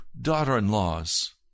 daughter-in-laws